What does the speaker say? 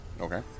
Okay